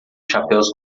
chapéus